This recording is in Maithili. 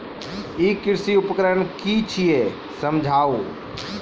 ई कृषि उपकरण कि छियै समझाऊ?